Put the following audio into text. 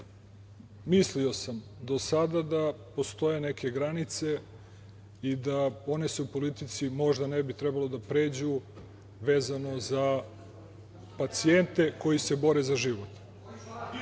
mislio sam do sada da postoje neke granice i da se one u politici ne prelaze, vezano za pacijente koji se bore za život.